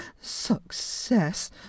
Success